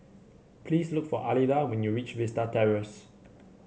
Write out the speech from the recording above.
please look for Alida when you reach Vista Terrace